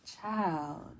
Child